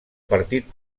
partit